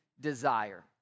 desire